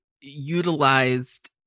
utilized